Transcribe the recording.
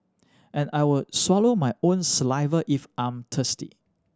and I will swallow my own saliva if I'm thirsty